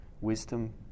Wisdom